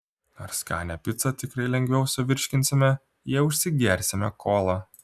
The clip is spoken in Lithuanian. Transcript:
ar skanią picą tikrai lengviau suvirškinsime jei užsigersime kola